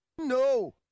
no